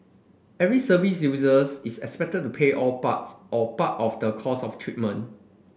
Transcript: every service users is expected to pay all parts or part of the cost of treatment